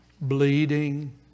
bleeding